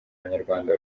abanyarwanda